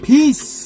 Peace